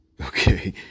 Okay